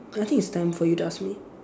I think it's time for you to ask me